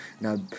Now